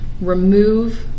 remove